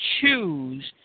choose